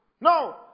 No